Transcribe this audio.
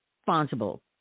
Responsible